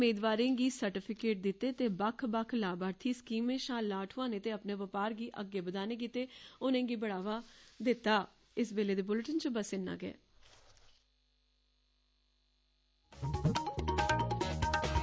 मेदवारें गी सर्टिफिकेट दित्ते गे ते बक्ख बक्ख लामार्थी स्कीम शा लाह ठोआने ते अपने बपार गी अग्गे बघाने लेई उनेंगी बढ़ावा दित्ता गेआ